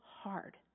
hard